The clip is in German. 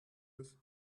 ist